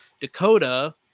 Dakota